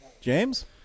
james